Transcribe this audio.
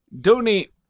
donate